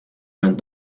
went